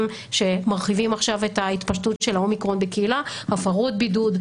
שמרחיבים עכשיו את ההתפשטות של האומיקרון בקהילה הוא הפרות בידוד,